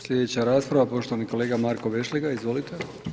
Slijedeća rasprava poštovani kolega Marko Vešligaj, izvolite.